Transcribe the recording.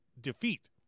defeat